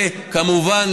וכמובן,